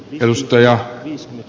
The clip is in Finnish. edustajan